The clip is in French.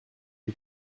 lui